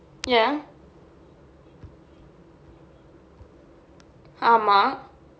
ya ஆமா:aamaa